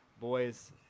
boys